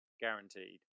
guaranteed